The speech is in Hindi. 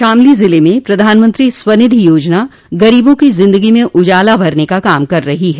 शामली जिले में प्रधानमंत्री स्वनिधि योजना गरीबों की जिंदगी में उजाला भरने का काम कर कर ही है